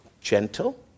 gentle